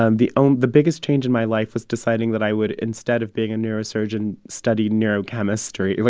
um the um the biggest change in my life was deciding that i would, instead of being a neurosurgeon, study neurochemistry. you know